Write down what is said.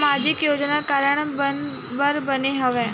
सामाजिक योजना का कारण बर बने हवे?